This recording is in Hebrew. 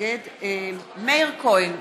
מאיר כהן,